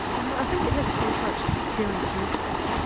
i think it has to be approached very carefully.